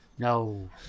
No